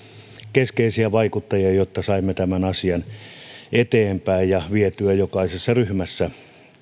keskeisiä vaikuttajia jotta saimme tämän asian eteenpäin ja vietyä jokaisessa ryhmässä